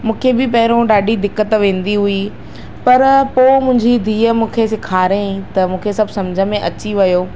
मुखे बि पहिरियों ॾाढी दिक़त वेंदी हुई पर पोइ मुंहिंजी धीउ मूंखे सेखारईं त मूंखे सभु सम्झ में अची वियो